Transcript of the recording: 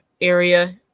area